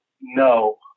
no